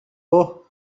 اوه